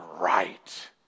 right